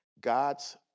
God's